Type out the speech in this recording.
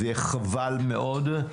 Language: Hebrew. זה יהיה חבל מאוד.